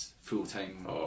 Full-time